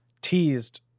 teased